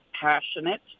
passionate